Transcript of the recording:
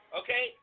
okay